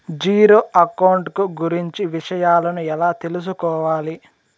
Zero account కు గురించి విషయాలను ఎలా తెలుసుకోవాలి?